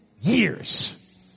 years